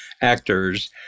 actors